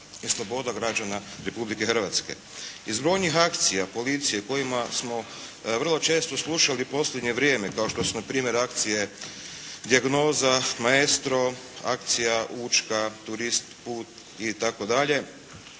je sloboda građana Republike Hrvatske. Iz brojnih akcija policije o kojima smo vrlo često slušali u posljednje vrijeme kao što su na primjer akcije "Dijagnoza", "Maestro", akcija "Učka", "Turist", "Put" itd.